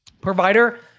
provider